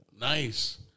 Nice